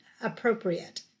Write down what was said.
appropriate